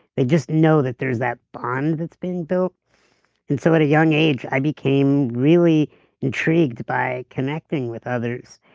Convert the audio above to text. they just know that there's that bond that's been built and so at a young age i became really intrigued by connecting with others.